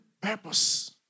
Purpose